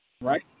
right